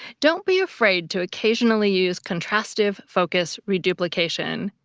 don't be afraid to occasionally use contrastive focus reduplication.